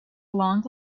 long